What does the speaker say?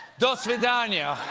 dosvidanya.